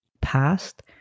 past